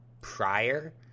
prior